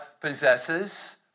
possesses